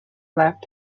left